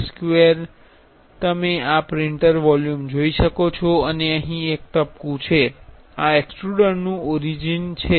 આ સ્ક્વેર તમે આ પ્રિન્ટ વોલ્યુમ જોઈ શકો છો અને અહીં એક ટપકું છે આ એક્સ્ટ્રુડરનુ ઓરિજિન છે